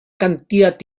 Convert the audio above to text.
cantidad